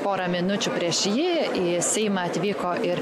porą minučių prieš jį į seimą atvyko ir